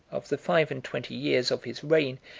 of the five-and-twenty years of his reign,